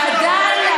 ועדיין,